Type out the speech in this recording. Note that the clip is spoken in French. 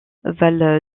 val